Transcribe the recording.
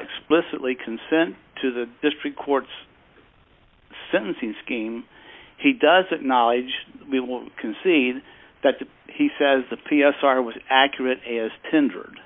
explicitly consent to the district court's sentencing scheme he doesn't knowledge we will concede that he says the p s r was accurate as tendered